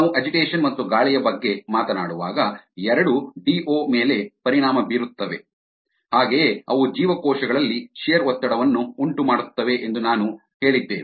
ನಾವು ಅಜಿಟೇಷನ್ ಮತ್ತು ಗಾಳಿಯ ಬಗ್ಗೆ ಮಾತನಾಡುವಾಗ ಎರಡೂ ಡಿಒ ಮೇಲೆ ಪರಿಣಾಮ ಬೀರುತ್ತವೆ ಹಾಗೆಯೇ ಅವು ಜೀವಕೋಶಗಳಲ್ಲಿ ಶಿಯರ್ ಒತ್ತಡವನ್ನು ಉಂಟುಮಾಡುತ್ತವೆ ಎಂದು ನಾವು ಹೇಳಿದ್ದೇವೆ